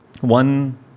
one